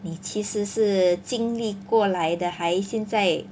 你其实是经历过来的还现在